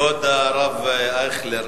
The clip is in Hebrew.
כבוד הרב אייכלר,